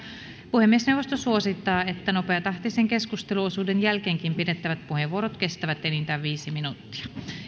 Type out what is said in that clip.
puhemiesneuvosto suosittaa että nopeatahtisen keskusteluosuuden jälkeenkin pidettävät puheenvuorot kestävät enintään viisi minuuttia